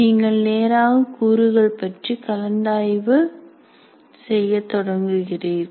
நீங்கள் நேராக கூறுகள் பற்றி கலந்தாய்வு செய்யத் தொடங்குவீர்கள்